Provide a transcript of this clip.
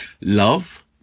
love